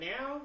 now